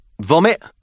Vomit